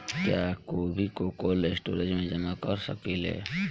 क्या गोभी को कोल्ड स्टोरेज में जमा कर सकिले?